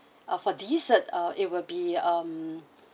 uh for dessert uh it will be um